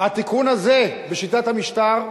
התיקון הזה בשיטת המשטר,